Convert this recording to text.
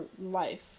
life